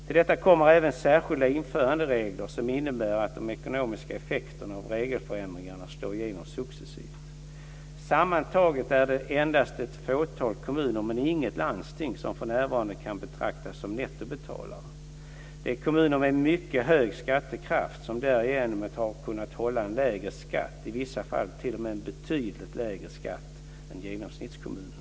Till detta kommer även särskilda införanderegler, som innebär att de ekonomiska effekterna av regeländringarna slår igenom successivt. Sammantaget är det endast ett fåtal kommuner, men inga landsting, som för närvarande kan betraktas som "nettobetalare". Det är kommuner med en mycket hög skattekraft som därigenom har kunnat hålla en lägre skatt, i vissa fall t.o.m. en betydligt lägre skatt, än genomsnittskommunen.